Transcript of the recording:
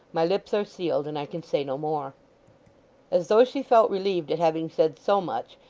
my lips are sealed, and i can say no more as though she felt relieved at having said so much,